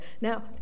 Now